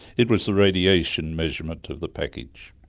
it was the radiation measurement of the package.